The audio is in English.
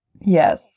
Yes